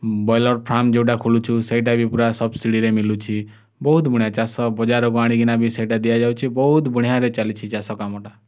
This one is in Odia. ବ୍ରଏଲର୍ ଫାର୍ମ ଯେଉଁଟା ଖୋଲୁଛୁ ସେଇଟା ବି ପୁରା ସବସିଡ଼ିରେ ମିଳୁଛି ବହୁତ ଗୁଣେ ଚାଷ ବଜାରକୁ ଆଣିକିନା ବି ସେଇଟା ଦିଆଯାଉଛି ବହୁତ ବଢ଼ିଆରେ ଚାଲିଛି ଚାଷ କାମଟା